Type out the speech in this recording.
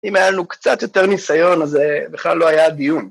אם היה לנו קצת יותר ניסיון, אז בכלל לא היה דיון.